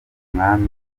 umwami